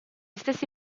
stessi